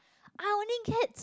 i only get